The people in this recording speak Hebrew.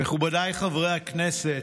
מכובדיי חברי הכנסת,